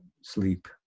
sleep